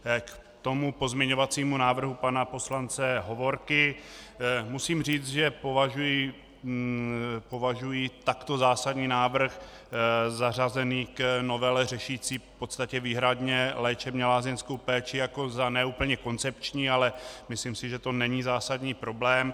K pozměňovacímu návrhu pana poslance Hovorky musím říct, že považuji takto zásadní návrh zařazený k novele řešící v podstatě výhradně léčebně lázeňskou péči jako za ne úplně koncepční, ale myslím si, že to není úplně zásadní problém.